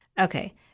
Okay